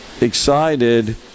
excited